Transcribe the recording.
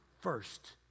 first